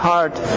heart